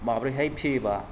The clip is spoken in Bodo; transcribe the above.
माब्रैहाय फियोबा